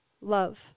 love